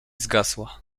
zgasła